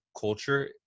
culture